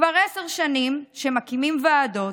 כבר עשר שנים שמקימים ועדות,